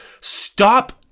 Stop